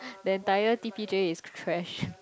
the entire T_P_J is trash